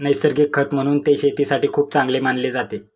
नैसर्गिक खत म्हणून ते शेतीसाठी खूप चांगले मानले जाते